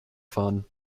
fahren